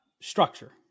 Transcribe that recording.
structure